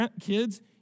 Kids